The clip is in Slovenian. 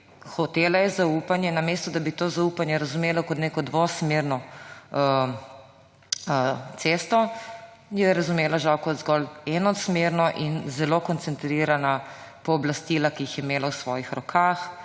hotela je zaupanje, namesto da bi to zaupanje razumela kot neko dvosmerno cesto, je to razumela zgolj kot enosmerno in zelo koncentrirala pooblastila, ki jih je imela v svojih rokah,